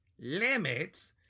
Limits